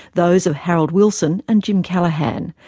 those of harold wilson and jim callaghan,